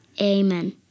Amen